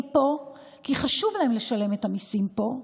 הם פה כי חשוב להם לשלם את המיסים פה,